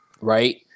Right